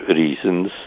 reasons